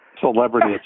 Celebrity